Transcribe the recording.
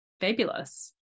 fabulous